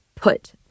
put